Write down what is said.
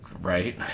Right